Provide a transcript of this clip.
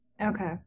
Okay